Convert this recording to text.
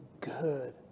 good